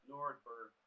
Nordberg